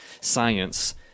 science